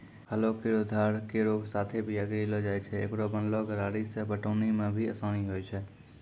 हलो केरो धार केरो साथें बीया गिरैलो जाय छै, एकरो बनलो गरारी सें पटौनी म भी आसानी होय छै?